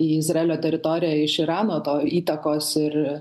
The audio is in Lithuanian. į izraelio teritoriją iš irano to įtakos ir